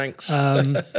Thanks